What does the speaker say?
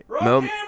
no